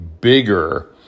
bigger